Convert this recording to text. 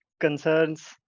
concerns